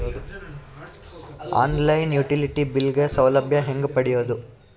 On line utility bill ಗ ಸೌಲಭ್ಯ ಹೇಂಗ ಪಡೆಯೋದು?